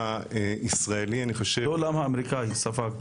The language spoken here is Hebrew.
האמריקאי ספג?